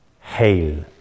Hail